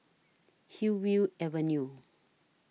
Hillview Avenue